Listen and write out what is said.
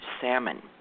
salmon